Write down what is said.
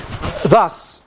Thus